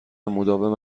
مداوم